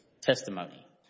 testimony